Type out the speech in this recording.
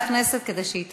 לוועדת כנסת כדי שהיא תחליט.